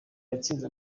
yatsinze